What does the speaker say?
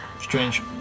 Strange